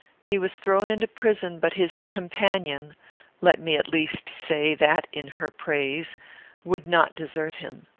he was thrown into prison, but his companion let me, at least, say that in her praise would not desert him.